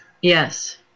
Yes